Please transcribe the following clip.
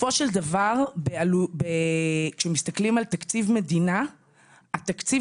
בסופו של דבר כשמסתכלים על תקציב מדינה התקציב